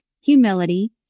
humility